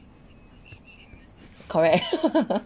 correct